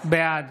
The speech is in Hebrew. בעד